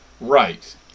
Right